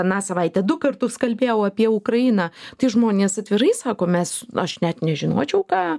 aną savaitę du kartus kalbėjau apie ukrainą tai žmonės atvirai sako mes aš net nežinočiau ką